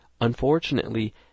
Unfortunately